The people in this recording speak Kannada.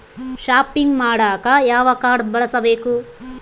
ಷಾಪಿಂಗ್ ಮಾಡಾಕ ಯಾವ ಕಾಡ್೯ ಬಳಸಬೇಕು?